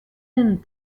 een